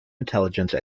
intelligence